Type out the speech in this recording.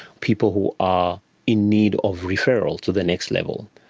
people who are in need of referral to the next level.